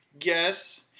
Yes